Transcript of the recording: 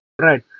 Right